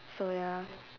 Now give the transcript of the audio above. so ya